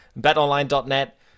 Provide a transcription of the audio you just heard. Betonline.net